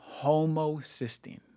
homocysteine